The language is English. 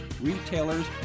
retailers